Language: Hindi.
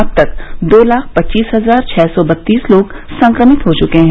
अब तक दो लाख पच्चीस हजार छः सौ बत्तीस लोग संक्रमित हो चुके हैं